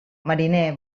mariner